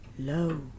Low